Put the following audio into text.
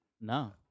No